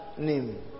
name